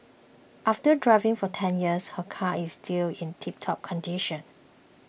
after driving for ten years her car is still in tiptop condition